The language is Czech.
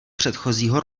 předchozího